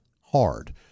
hard